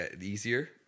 easier